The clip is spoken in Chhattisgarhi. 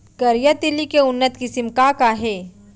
करिया तिलि के उन्नत किसिम का का हे?